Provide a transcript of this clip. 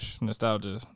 nostalgia